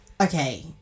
Okay